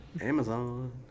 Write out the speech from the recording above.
Amazon